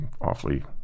awfully